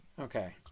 Okay